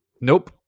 Nope